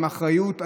עם אחריות,